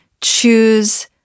choose